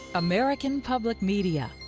american public media